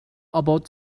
about